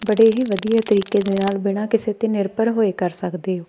ਬੜੇ ਇਹ ਵਧੀਆ ਤਰੀਕੇ ਦੇ ਨਾਲ ਬਿਨਾਂ ਕਿਸੇ 'ਤੇ ਨਿਰਭਰ ਹੋਏ ਕਰ ਸਕਦੇ ਹੋ